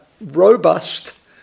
robust